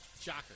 Shocker